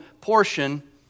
portion